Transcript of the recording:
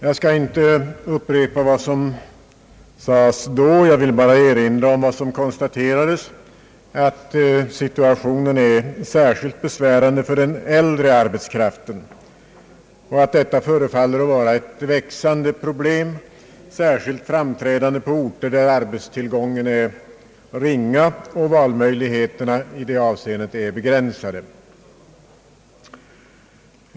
Jag skall inte upprepa vad som sades då, jag vill bara erinra om att det konstaterades att situationen är särskilt besvärande för den äldre arbetskraften och att detta förefaller att vara ett växande problem särskilt på orter där arbetstillgången är ringa och valmöjligheterna sålunda begränsade.